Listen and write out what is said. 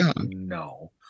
no